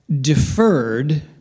deferred